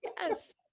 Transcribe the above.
yes